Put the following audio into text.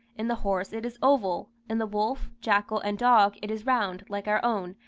in the horse it is oval in the wolf, jackal, and dog, it is round, like our own,